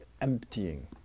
emptying